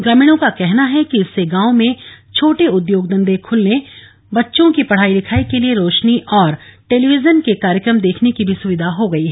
ग्रामीणों का कहना है कि इससे गांवों में छोटे उद्योग धन्धे खुलने बच्चों की पढ़ाई लिखायी के लिए रो ानी और टेलीविजन के कार्यक्रम देखने की भी सुविधा हो गयी है